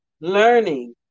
learning